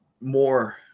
more